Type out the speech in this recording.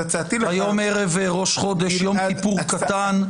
היום ערב ראש חודש, יום כיפור קטן.